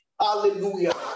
Hallelujah